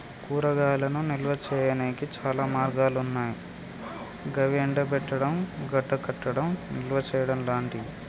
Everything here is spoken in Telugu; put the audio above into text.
కూరగాయలను నిల్వ చేయనీకి చాలా మార్గాలన్నాయి గవి ఎండబెట్టడం, గడ్డకట్టడం, నిల్వచేయడం లాంటియి